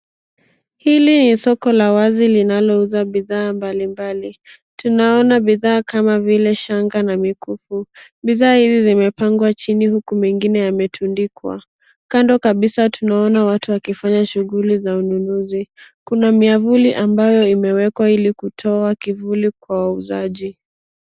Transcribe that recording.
Hili ni soko la wazi linalouza bidhaa mbalimbali, tunaona bidhaa kama vile shanga na mikufu. Bidhaa hizi zimepangwa chini huku mengine yametundikwa. Kando kabisa tunaona watu wakifanya shughuli za ununuzi. Kuna miavuli ambayo imewekwa ili kutoa kivuli kwa wauzaji.